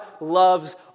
loves